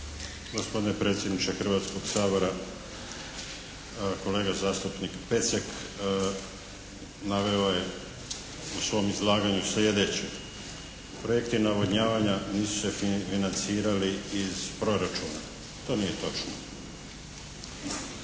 Gospodine predsjedniče Hrvatskog sabora! Kolega zastupnik Pecek naveo je u svom izlaganju sljedeće. Projekti navodnjavanja nisu se financirali iz proračuna. To nije točno.